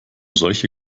solche